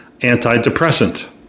antidepressant